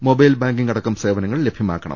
mobile banking അടക്കം സേവനങ്ങൾ ലഭൃമാക്കണം